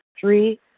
Three